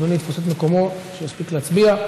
אדוני יתפוס את מקומו, שיספיק להצביע.